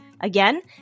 Again